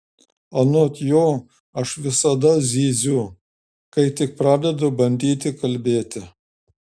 anot jo aš visada zyziu kai tik pradedu bandyti kalbėti